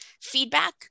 feedback